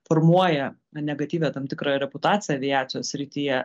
formuoja negatyvią tam tikrą reputaciją aviacijos srityje